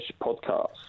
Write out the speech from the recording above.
Podcast